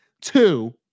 Two